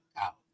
out